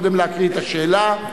קודם להקריא את השאלה,